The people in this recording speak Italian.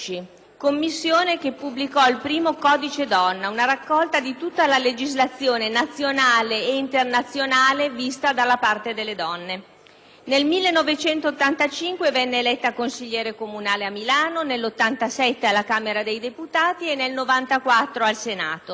Commissione che pubblicò il primo "Codice donna", una raccolta di tutta la legislazione nazionale e internazionale vista dalla parte delle donne. Nel1985 venne eletta consigliere comunale a Milano, nel 1987 alla Camera dei deputati e nel 1994 al Senato.